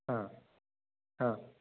हां हां